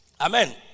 Amen